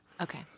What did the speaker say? Okay